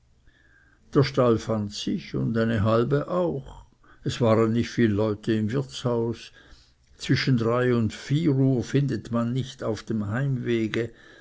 der stall fand sich und eine halbe auch es waren nicht viel leute im wirtshaus zwischen drei und vier uhr findet man nicht auf dem heimwege